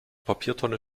papiertonne